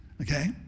okay